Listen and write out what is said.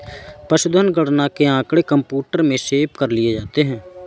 पशुधन गणना के आँकड़े कंप्यूटर में सेव कर लिए जाते हैं